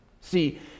See